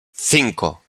cinco